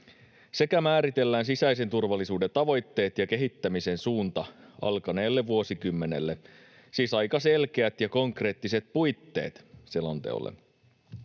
sekä määritellään sisäisen turvallisuuden tavoitteet ja kehittämisen suunta alkaneelle vuosikymmenelle, siis aika selkeät ja konkreettiset puitteet selonteolle.